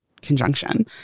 conjunction